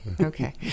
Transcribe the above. Okay